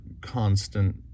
constant